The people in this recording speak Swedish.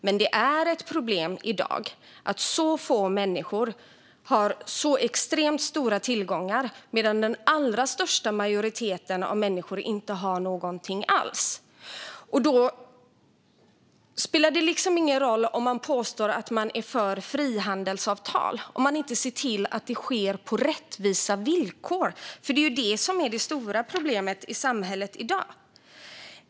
Men det är ett problem i dag att så få människor har så extremt stora tillgångar, medan majoriteten av människor inte har någonting alls. Då spelar det ingen roll om man påstår att man är för frihandelsavtal om man inte ser till att avtal sluts på rättvisa villkor. Det är det stora problemet i samhället i dag.